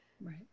Right